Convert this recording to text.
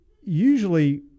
usually –